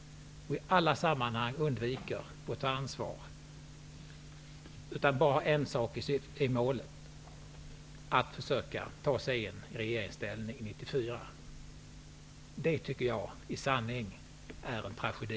Man försöker i alla sammanhang undvika att ta ansvar. Man har bara ett mål i sikte, att försöka komma i regeringsställning 1994. Det tycker jag i sanning är en tragedi.